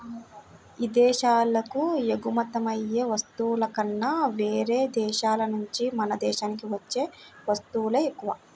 ఇదేశాలకు ఎగుమతయ్యే వస్తువుల కన్నా యేరే దేశాల నుంచే మన దేశానికి వచ్చే వత్తువులే ఎక్కువ